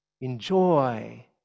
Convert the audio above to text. enjoy